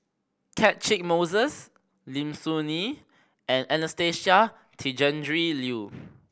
Catchick Moses Lim Soo Ngee and Anastasia Tjendri Liew